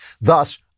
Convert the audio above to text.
Thus